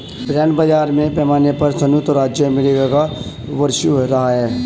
bond बाजार में बड़े पैमाने पर सयुक्त राज्य अमेरिका का वर्चस्व रहा है